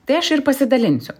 tai aš ir pasidalinsiu